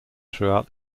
throughout